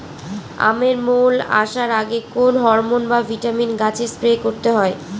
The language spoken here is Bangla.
আমের মোল আসার আগে কোন হরমন বা ভিটামিন গাছে স্প্রে করতে হয়?